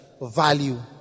value